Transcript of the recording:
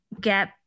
get